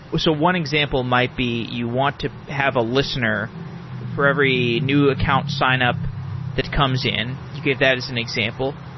so one example might be you want to have a listener for every new account signup that comes in, you gave that as an example.